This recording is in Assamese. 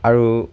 আৰু